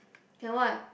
can what